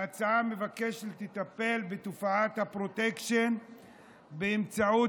ההצעה מבקשת לטפל בתופעת הפרוטקשן באמצעות